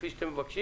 כפי שאתם מבקשים,